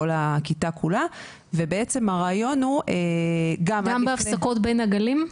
כל הכיתה כולה ובעצם הרעיון הוא -- גם בהפסקות בין הגלים?